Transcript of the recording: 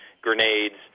grenades